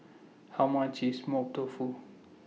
How much IS Mapo Tofu